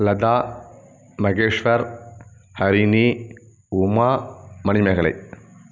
Latha Maheshwar Harini Uma Manimekalai